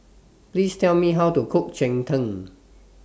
Please Tell Me How to Cook Cheng Tng